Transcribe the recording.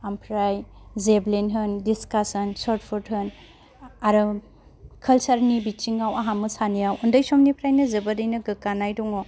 ओमफ्राय जेबलिन होन दिसकास होन सर्त फुत होन आरो काल्सार नि बिथिङाव आंहा मोसानायाव उन्दै समनिफ्रायनो जोबोदैनो गोग्गानाय दङ